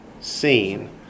seen